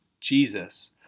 Jesus